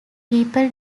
people